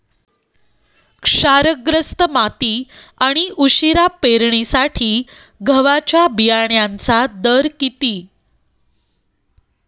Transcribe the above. क्षारग्रस्त माती आणि उशिरा पेरणीसाठी गव्हाच्या बियाण्यांचा दर किती?